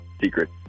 secret